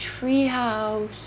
treehouse